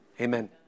Amen